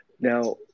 Now